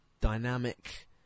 dynamic